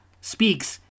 speaks